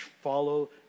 follow